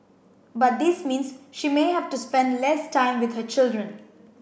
but this means she may have to spend less time with her children